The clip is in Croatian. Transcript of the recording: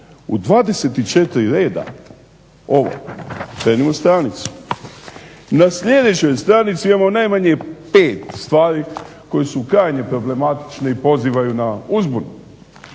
U 24 reda ovo. Okrenimo stranicu. Na sljedećoj stranici imamo najmanje 5 stvari koje su krajnje problematične i pozivaju na uzbunu.